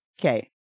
okay